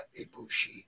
Ibushi